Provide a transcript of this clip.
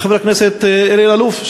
חבר הכנסת אלאלוף,